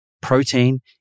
Protein